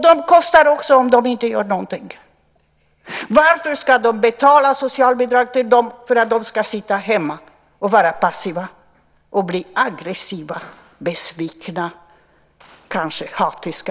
De kostar också om de inte gör någonting. Varför ska man betala socialbidrag till dem för att de ska sitta hemma och vara passiva och bli aggressiva, besvikna, kanske hatiska?